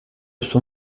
son